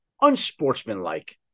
unsportsmanlike